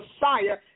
Messiah